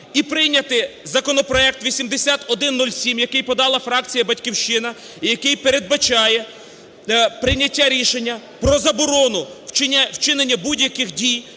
і прийняти законопроект 8107, який подала фракція "Батьківщина" і який передбачає прийняття рішення про заборону вчинення будь-яких дій